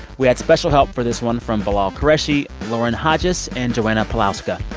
we had special help for this one from bilal qureshi, lauren hodges and joanna pawlowska.